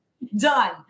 Done